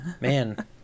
Man